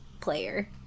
player